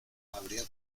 habría